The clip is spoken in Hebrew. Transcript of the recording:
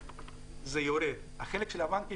זה דיון אחר כי יש צוואר בקבוק